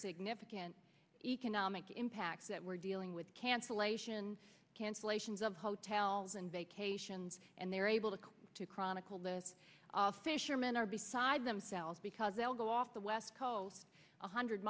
significant economic impacts that we're dealing with cancellation cancellations of hotels and vacations and they're able to come to chronicle the fishermen are beside themselves because they'll go off the west coast one hundred